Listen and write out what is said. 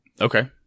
Okay